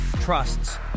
trusts